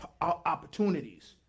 opportunities